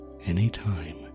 anytime